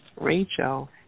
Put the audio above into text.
Rachel